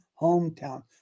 hometown